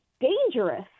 dangerous